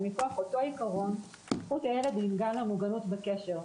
מכוח אותו עיקרון זכות הילד היא למוגנות בקשר.